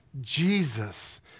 Jesus